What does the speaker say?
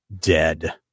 dead